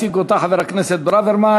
הציג אותה חבר הכנסת ברוורמן,